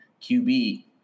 QB